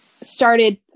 started